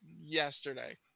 yesterday